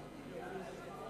כשרות.